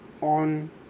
on